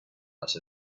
out